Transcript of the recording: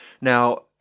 Now